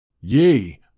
Yea